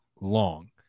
long